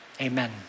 Amen